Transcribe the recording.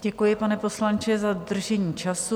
Děkuji, pane poslanče, za dodržení času.